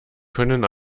können